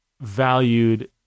valued